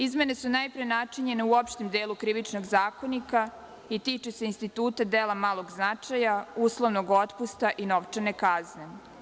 Izmene su najpre načinjene u opštem delu Krivičnog zakonika i tiču se instituta dela malog značaja, uslovnog otpusta i novčane kazne.